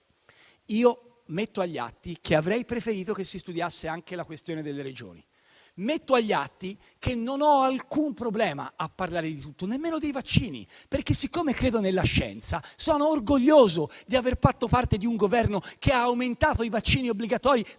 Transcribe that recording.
Io metto agli atti che avrei preferito che si studiasse anche la questione delle Regioni. Metto agli atti che non ho alcun problema a parlare di tutto, nemmeno dei vaccini. Siccome credo nella scienza, sono orgoglioso di aver fatto parte di un Governo che ha aumentato i vaccini obbligatori